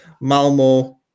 Malmo